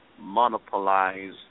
monopolize